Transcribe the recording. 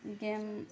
game